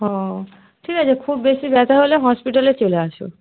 ও ঠিক আছে খুব বেশি ব্যাথা হলে হসপিটালে চলে আসো